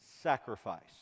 sacrifice